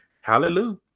Hallelujah